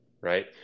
right